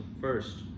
first